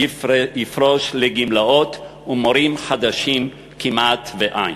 יפרשו לגמלאות ומורים חדשים כמעט אין.